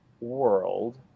world